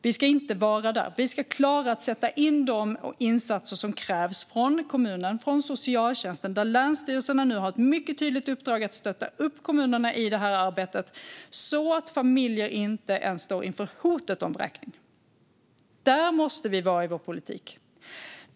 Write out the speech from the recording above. Kommun och socialtjänst ska klara av att sätta in de insatser som krävs, och länsstyrelserna har nu ett mycket tydligt uppdrag att stötta kommunerna i detta arbete så att familjer inte ens ska stå inför hot om vräkning. Det måste vara vår politik.